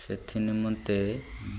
ସେଥି ନିମନ୍ତେ ମତେ